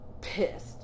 pissed